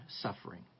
suffering